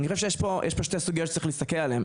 אני חושב שיש כאן שתי סוגיות שצריך להסתכל עליהן.